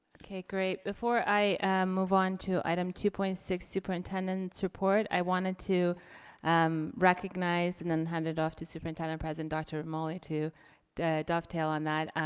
okay great, before i move onto item two point six superintendent's report, i wanted to um recognize and then head it off to superintendent president dr. romali to dovetail on that.